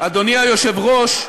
אדוני היושב-ראש,